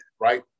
right